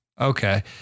Okay